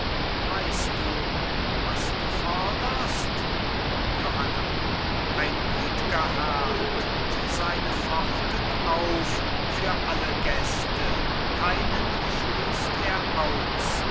weißt du was du foderst johanna ein gütger herr tut seine pforten auf für alle gäste keinen schließt er aus